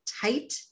tight